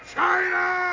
China